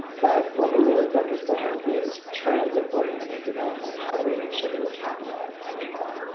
but what we're really focused on is transit oriented development. how do we make sure that we capitalize on all of that?